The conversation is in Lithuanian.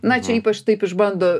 na čia ypač taip išbando